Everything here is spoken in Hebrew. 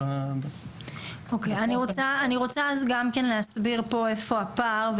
אני רוצה גם להסביר פה איפה הפער,